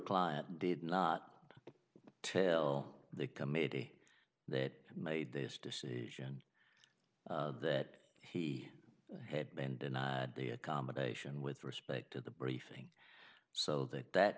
client did not tell the committee that made this decision that he had been denied the accommodation with respect to the briefing so that that